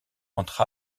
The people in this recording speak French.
entre